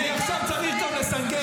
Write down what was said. אני צריך לסנגר עכשיו גם על בנט?